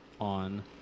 on